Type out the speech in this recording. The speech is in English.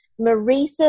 Marisa